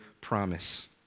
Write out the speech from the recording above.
promise